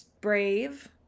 brave